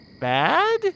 bad